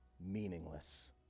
meaningless